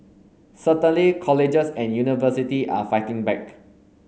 certainly colleges and university are fighting back